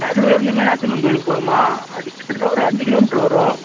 கடலூர்லேருந்து மீனாட்சியம்மன் கோயிலுக்கு போகணுமா அது கிட்டத்தட்ட ஒரு அஞ்சு கிலோ மீட்டர் வரும்